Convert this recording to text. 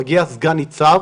מגיע סגן ניצב